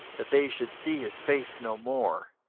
that they should see his face no more.